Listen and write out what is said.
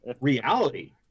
reality